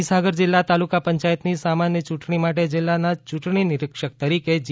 મહીસાગર જિલ્લાે તાલુકા પંચાયતની સામાન્યર યૂંટણી માટે જિલ્લારના યૂંટણી નિરીક્ષક તરીકે જી